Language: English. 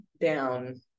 down